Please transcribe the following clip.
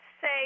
say